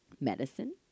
Medicine